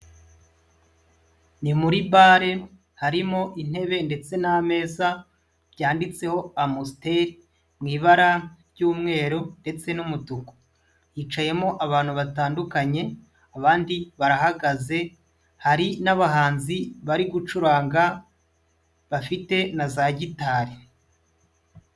Ni muri bale harimo intebe ndetse n'ameza byanditseho Amstel mu ibara ry'umweru ndetse n'umutuku. Hicayemo abantu batandukanye abandi barahagaze. Hari n'abahanzi bari gucuranga bafite na za gitari.